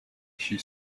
she